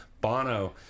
Bono